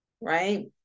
Right